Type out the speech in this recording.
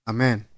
Amen